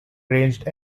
ranged